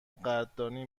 قدردانی